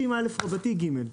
50א(ג).